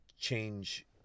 change